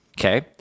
Okay